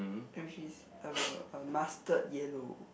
which is a mustard yellow